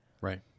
right